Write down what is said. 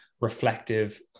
reflective